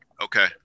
Okay